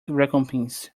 recompense